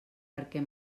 perquè